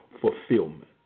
fulfillment